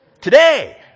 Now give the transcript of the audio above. Today